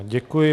Děkuji.